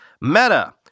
Meta